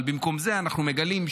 אבל במקום זה אנחנו מגלים,